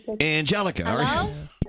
Angelica